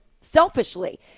selfishly